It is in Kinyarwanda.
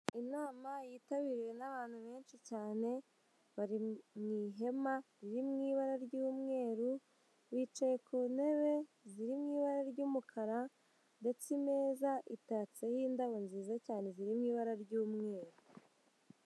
Inama yitabiriwe n'abantu benshi cyane, bari mu ihema riri mu ibara ry'umweru, bicaye ku ntebe ziri mu ibara ry'umukara ndetse imeza itatseho indabo nziza cyane ziri mu ibara ry'umweru.